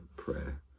prayer